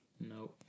No